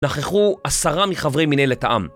נכחו עשרה מחברי מנהלת העם